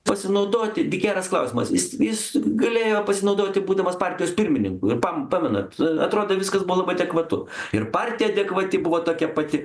pasinaudoti d geras klausimas jis jis galėjo pasinaudoti būdamas partijos pirmininku ir pam pamenat atrodė viskas buvo labai adekvatu ir partija adekvati buvo tokia pati